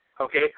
Okay